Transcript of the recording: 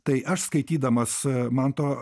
tai aš skaitydamas manto